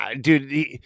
dude